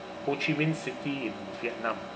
ho chi minh city in vietnam